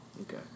Okay